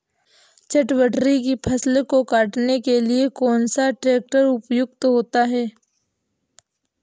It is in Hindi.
चटवटरी की फसल को काटने के लिए कौन सा ट्रैक्टर उपयुक्त होता है?